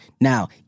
Now